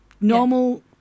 normal